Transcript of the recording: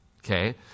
Okay